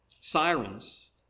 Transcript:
Sirens